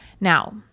Now